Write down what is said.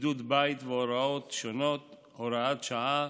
(בידוד בית והוראות שונות) (הוראת שעה),